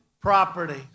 property